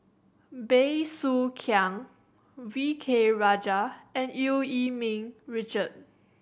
Bey Soo Khiang V K Rajah and Eu Yee Ming Richard